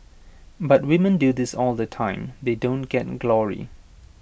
but women do this all the time they don't get glory